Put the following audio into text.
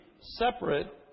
separate